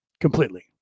completely